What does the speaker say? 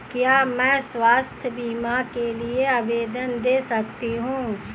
क्या मैं स्वास्थ्य बीमा के लिए आवेदन दे सकती हूँ?